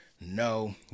no